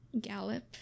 gallop